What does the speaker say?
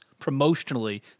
promotionally